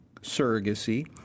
surrogacy